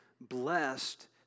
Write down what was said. blessed